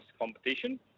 competition